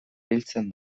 biltzen